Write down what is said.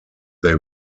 they